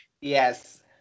yes